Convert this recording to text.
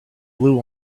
blue